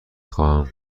خواهم